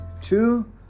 two